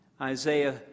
Isaiah